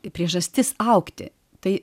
priežastis augti tai